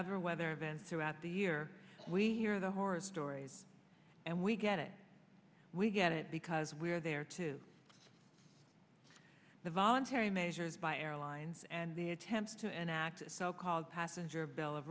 other weather events throughout the year we hear the horror stories and we get it we get it because we're there to the voluntary measures by airlines and the attempts to enacted so called passenger bill of